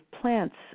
plants